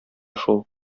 шул